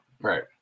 right